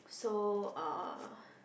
so uh